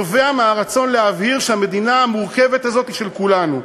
נובע מהרצון להבהיר שהמדינה המורכבת הזאת היא של כולנו.